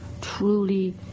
truly